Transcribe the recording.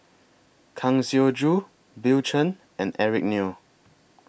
Kang Siong Joo Bill Chen and Eric Neo